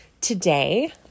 today